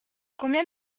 combien